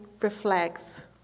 reflects